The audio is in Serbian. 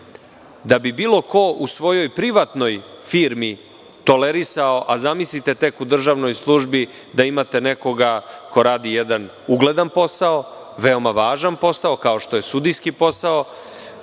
da bi bilo ko u svojoj privatnoj firmi tolerisao, a zamislite tek u državnoj službi da imate nekoga ko radi jedan ugledan posao, veoma važan posao kao što je sudijski posao,